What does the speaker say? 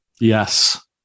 Yes